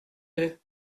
deux